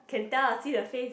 can tell ah see the face